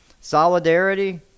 solidarity